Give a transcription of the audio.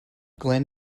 glenn